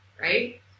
right